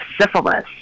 syphilis